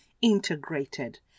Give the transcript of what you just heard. integrated